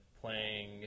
playing